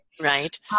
Right